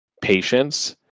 patience